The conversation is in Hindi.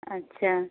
अच्छा